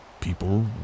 people